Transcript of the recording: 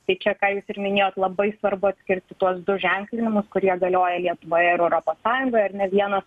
tai čia ką jūs ir minėjot labai svarbu atskirti tuos du ženklinimus kurie galioja lietuvoje ir europos sąjungoje ar ne vienas